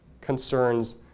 concerns